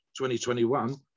2021